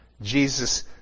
Jesus